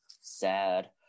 Sad